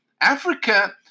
Africa